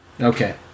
Okay